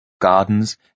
gardens